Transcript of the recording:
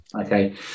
Okay